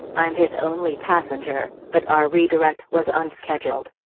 i'm his only passenger, but our redirect was unscheduled.